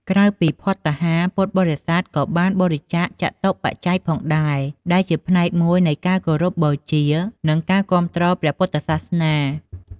ក្រៅពីភត្តាហារ ពុទ្ធបរិស័ទក៏បានបរិច្ចាគចតុបច្ច័យផងដែរ ដែលជាផ្នែកមួយនៃការគោរពបូជា និងគាំទ្រព្រះពុទ្ធសាសនា។